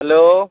hello